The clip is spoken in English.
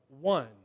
one